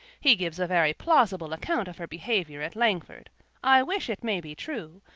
he gives a very plausible account of her behaviour at langford i wish it may be true,